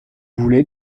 voulez